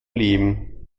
leben